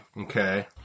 okay